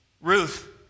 Ruth